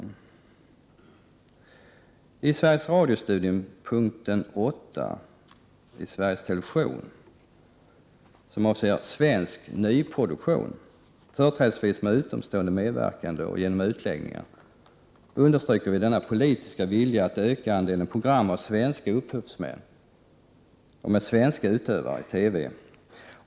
När det gäller Sveriges Radio-studien, punkten 8 i Sveriges Television, som avser svensk nyproduktion, företrädesvis med utomstående medverkande och genom utläggningar, understryker vi vår politiska vilja att öka andelen program av svenska upphovsmän eller med svenska utövare i TV.